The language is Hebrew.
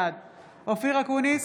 אופיר אקוניס,